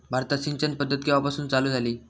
भारतात सिंचन पद्धत केवापासून चालू झाली?